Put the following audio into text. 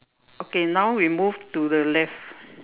okay now we move to the left